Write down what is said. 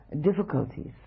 difficulties